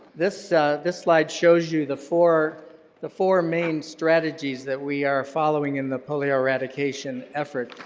this this slide shows you the four the four main strategies that we are following in the polio eradication effort.